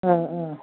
अ अ